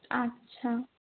আচ্ছা